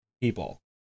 people